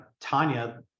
Tanya